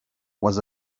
was